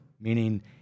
meaning